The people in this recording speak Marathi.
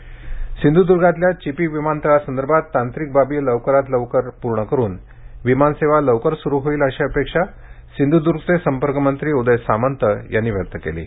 सिंधुदर्ग चिपी विमानतळ सिंधुदूर्गातल्या चिपी विमानतळासंदर्भात तांत्रिक बाबी लवकरात लवकर पूर्ण करून विमानसेवा लवकरात लवकर सुरु होईल अशी अपेक्षा सिंधुदुर्गचे संपर्कमंत्री उदय सामंत यांनी व्यक्त केली आहे